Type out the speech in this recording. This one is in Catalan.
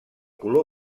color